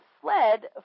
fled